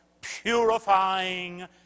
purifying